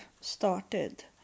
started